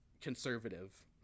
conservative